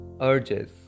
urges